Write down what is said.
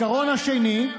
העיקרון השני,